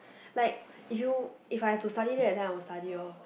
like if you if I have to study that that time I will study lor